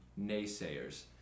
naysayers